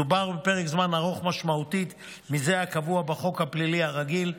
מדובר בפרק זמן ארוך משמעותית מזה הקבוע בחוק הפלילי הרגיל,